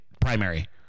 primary